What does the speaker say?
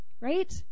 Right